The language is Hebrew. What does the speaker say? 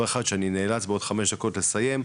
בדבר אחד שאני נאלץ בעוד חמש דקות לסיים,